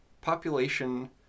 population